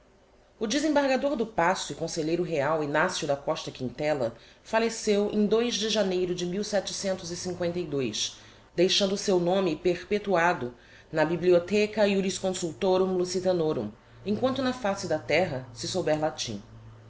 o desembargador do paço e conselheiro real ignacio da costa quintella falleceu em de janeiro de deixando o seu nome perpetuado na bibliotheca jurisconsultorum lusitanorum em quanto na face da terra se souber latim